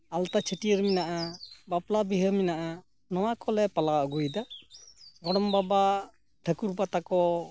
ᱟᱞᱛᱟ ᱪᱷᱟᱹᱴᱭᱟᱹᱨ ᱢᱮᱱᱟᱜᱼᱟ ᱵᱟᱯᱞᱟ ᱵᱤᱦᱟᱹ ᱢᱮᱱᱟᱜᱼᱟ ᱱᱚᱣᱟ ᱠᱚᱞᱮ ᱯᱟᱞᱟᱣ ᱟᱹᱜᱩᱭᱮᱫᱟ ᱜᱚᱲᱚᱢ ᱵᱟᱵᱟ ᱴᱷᱟᱹᱠᱩᱨ ᱵᱟ ᱛᱟᱠᱚ